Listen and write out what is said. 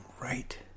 right